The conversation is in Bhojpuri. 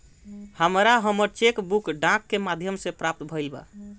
हमरा हमर चेक बुक डाक के माध्यम से प्राप्त भईल बा